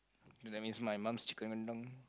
damn i miss my mum's chicken rendang